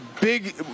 big